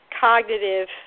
cognitive